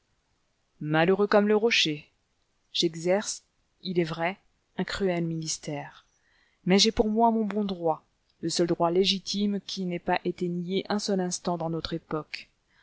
malheureux malheureux comme le rocher j'exerce il est vrai un cruel ministère mais j'ai pour moi mon bon droit le seul droit légitime qui n'ait pas été nié un seul instant dans notre époque